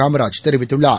காமராஜ் தெரிவித்துள்ளார்